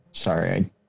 Sorry